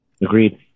Agreed